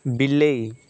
ବିଲେଇ